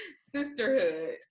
sisterhood